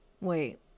wait